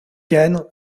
khan